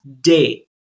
day